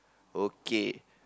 okay